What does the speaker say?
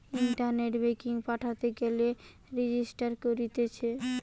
ইন্টারনেটে ব্যাঙ্কিং পাঠাতে গেলে রেজিস্টার করতিছে